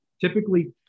Typically